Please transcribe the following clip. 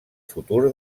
futur